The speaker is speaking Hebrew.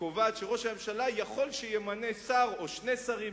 שקובעת שראש הממשלה יכול שימנה שר או שני שרים